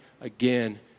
again